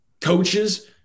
coaches